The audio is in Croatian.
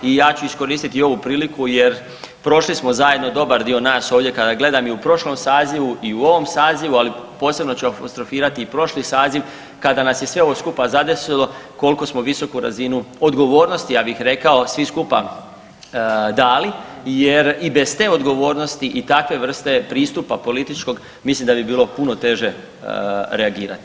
I ja ću iskoristiti ovu priliku jer prošli smo zajedno dobar dio nas ovdje kada gledam i u prošlom sazivu i u ovom sazivu, ali posebno ću apostrofirati i prošli saziv kada nas je sve ovo skupa zadesilo koliko smo visoku razinu odgovornosti svi skupa dali jer i bez te odgovornosti i takve vrste pristupa političkog mislim da bi bilo puno teže reagirati.